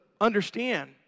understand